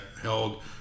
held